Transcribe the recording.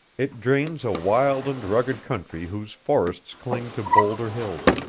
it drains a wild and rugged country whose forests cling to bowlder hills,